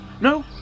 No